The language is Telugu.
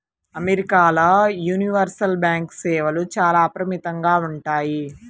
అమెరికాల యూనివర్సల్ బ్యాంకు సేవలు చాలా అపరిమితంగా ఉంటాయి